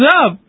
up